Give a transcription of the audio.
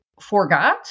forgot